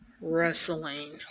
Wrestling